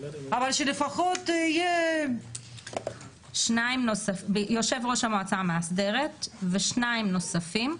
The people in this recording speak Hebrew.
אבל שלפחות יהיה --- יושב-ראש המועצה המאסדרת ושניים נוספים,